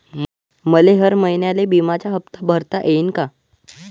मले हर महिन्याले बिम्याचा हप्ता भरता येईन का?